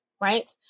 Right